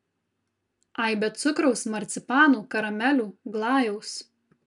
aibę cukraus marcipanų karamelių glajaus